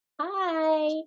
Hi